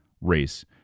race